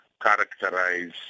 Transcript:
characterize